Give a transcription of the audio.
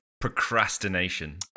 procrastination